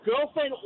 girlfriend